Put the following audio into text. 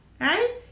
right